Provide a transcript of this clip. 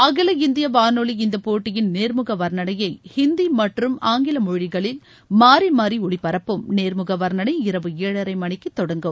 அகில இந்திய வானொலி இந்த போட்டியின் நேர்முக வர்ணனையை ஹிந்தி மற்றும் ஆங்கில மொழிகளில் மாறி மாறி ஒலிபரப்பும் நேர்முக வர்ணனை இரவு ஏழரை மணிக்கு தொடங்கும்